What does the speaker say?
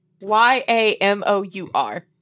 Y-A-M-O-U-R